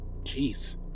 Jeez